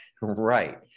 Right